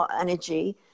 energy